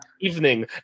evening